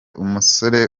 umusore